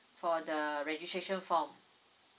for the registration form